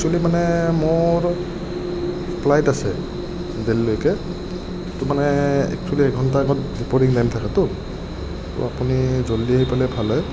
actually মানে মোৰ flight আছে দেলহিলৈকে ত' মানে একচ্যুৱেলি এঘণ্টাৰ আগত ৰিপৰ্টিং টাইম থাকেতো ত' আপুনি জল্ডি আহি পালে ভাল হয়